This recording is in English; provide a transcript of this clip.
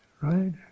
right